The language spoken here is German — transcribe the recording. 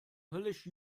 höllisch